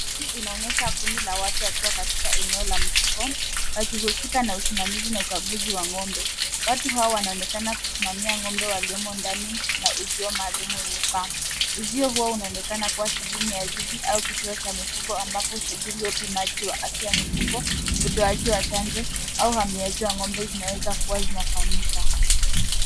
Hii inaonesha kundi la watu wakiwa katika eneo la mifugo wakihusika na usimamizi na ukaguzi wa ngombe. Watu hao wanaonekana kusimamia ngombe waliomo ndani na uzio maalumu wenye paa. Uzio huo unaoenekana kuwa sehemu ya zizi au kituo cha mifugo ambapo shughuli ya upimaji wa afya ya mifugo, utoaji wa chanjo au uhamiaji wa ngombe zinaweza kuwa zinafanyika.